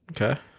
Okay